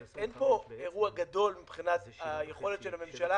שאין פה אירוע גדול מבחינת היכולת של הממשלה